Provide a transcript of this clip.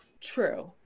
true